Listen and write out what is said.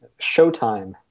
Showtime